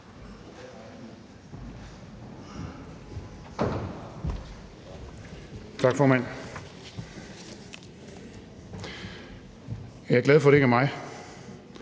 Tak, formand. Jeg er glad for, at det ikke er mig,